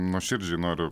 nuoširdžiai noriu